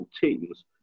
teams